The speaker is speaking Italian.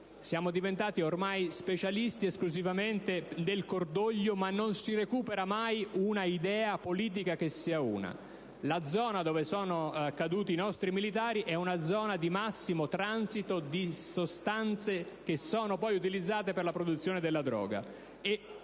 Siamo diventati ormai specialisti esclusivamente nel cordoglio, ma non si recupera mai un'idea politica che sia una. La zona dove sono caduti i nostri militari è di massimo transito di sostanze che sono poi utilizzate per la produzione della droga,